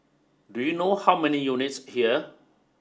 do you know how many units here